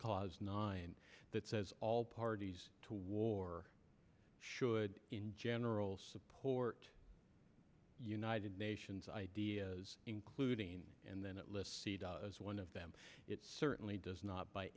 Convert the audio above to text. cause nine that says all parties to war should in general support united nations ideas including and then that list as one of them it certainly does not by